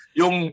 yung